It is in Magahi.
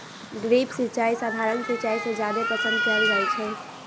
ड्रिप सिंचाई सधारण सिंचाई से जादे पसंद कएल जाई छई